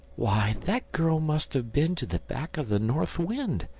why, that girl must have been to the back of the north wind!